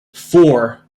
four